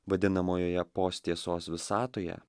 vadinamojoje post tiesos visatoje